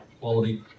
quality